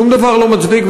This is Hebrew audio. שום דבר לא מצדיק,